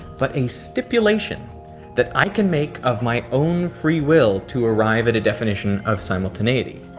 but a stipulation that i can make of my own free will to arrive at a definition of simultaneity.